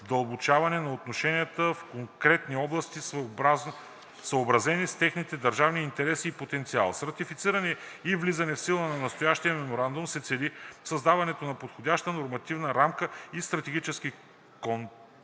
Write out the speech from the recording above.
задълбочаване на връзките в конкретни области, съобразени с техните държавни интереси и потенциал. С ратифициране и влизане в сила на настоящия меморандум се цели създаването на подходяща нормативна рамка и стратегически контекст